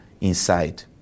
inside